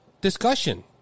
discussion